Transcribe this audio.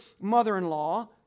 mother-in-law